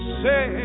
say